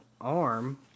arm